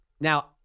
Now